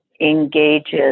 engages